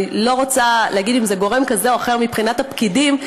אני לא רוצה להגיד אם זה גורם כזה או אחר מבחינת הפקידים,